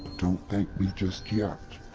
don't thank me just yet!